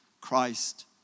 Christ